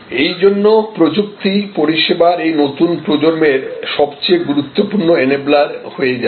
এইজন্য প্রযুক্তি পরিষেবার এই নতুন প্রজন্মের সবচেয়ে গুরুত্বপূর্ণ এনেবলার হয়ে যাবে